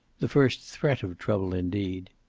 the first threat of trouble, indeed.